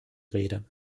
rede